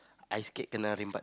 I scared kenna